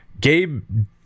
gabe